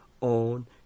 on